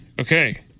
Okay